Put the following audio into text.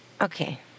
Okay